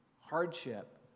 hardship